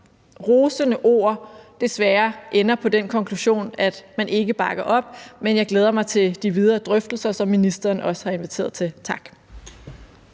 rosende ord desværre ender på den konklusion, at man ikke bakker op, men jeg glæder mig til de videre drøftelser, som ministeren også har inviteret til. Tak.